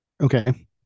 Okay